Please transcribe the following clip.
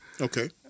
Okay